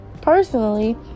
personally